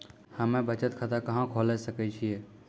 हम्मे बचत खाता कहां खोले सकै छियै?